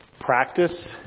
practice